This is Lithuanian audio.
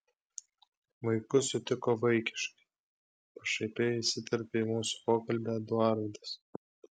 vaikus sutiko vaikiškai pašaipiai įsiterpė į mūsų pokalbį eduardas